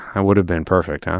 and would have been perfect,